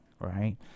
right